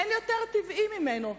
אין יותר טבעי ממנו.